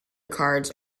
cards